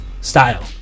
style